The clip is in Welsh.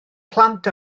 plant